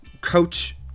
coach